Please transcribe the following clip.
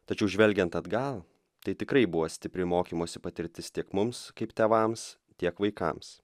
tačiau žvelgiant atgal tai tikrai buvo stipri mokymosi patirtis tiek mums kaip tėvams tiek vaikams